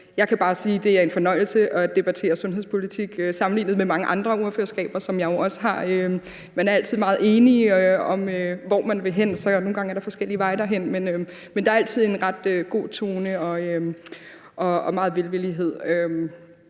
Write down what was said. jeg kan bare sige, at det er en fornøjelse at debattere sundhedspolitik sammenlignet med mange andre ordførerskaber, som jeg jo også har. Man er altid meget enige om, hvor man vil hen. Nogle gange er der forskellige veje derhen, men der er altid en ret god tone og meget velvillighed